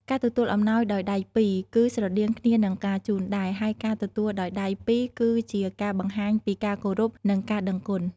ការទទួលអំណោយដោយដៃពីរ គឺស្រដៀងគ្នានឹងការជូនដែរ ហើយការទទួលដោយដៃពីរគឺជាការបង្ហាញ ពីការគោរព និងការដឹងគុណ។